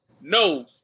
no